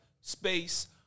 Space